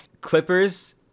clippers